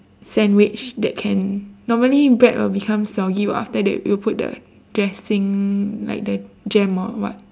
sandwich that can normally bread will become soggy [what] after that you put the dressing like the jam or what